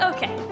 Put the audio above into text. Okay